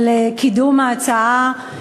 על קידום ההצעה.